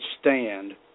stand